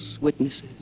witnesses